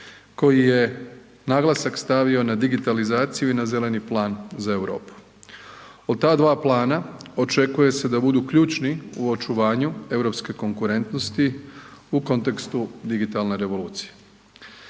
koji je naglasak stavio na digitalizaciju i na zeleni plan za Europu. Od ta dva plana očekuje se da budu ključni u očuvanju europske konkurentnosti u kontekstu digitalne revolucije.